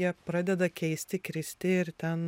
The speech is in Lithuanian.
jie pradeda keisti kristi ir ten